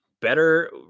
better